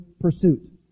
pursuit